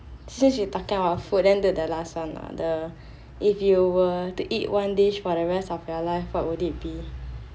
since you talking about food then do the last one or not the if you were to eat one dish for the rest of your life what would it be